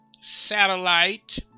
satellite